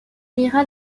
lira